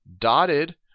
dotted